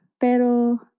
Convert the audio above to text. Pero